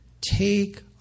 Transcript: Take